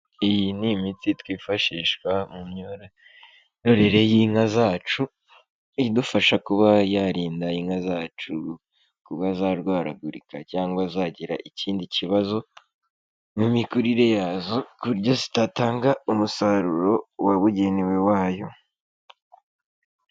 Iyi ni imiti twifashishwa mu myororere y'inka zacu, idufasha kuba yarinda inka zacu kuba zarwaragurika cyangwa zagira ikindi kibazo mu mikurire yazo kuburyo zitatanga umusaruro wabugenewe wayo.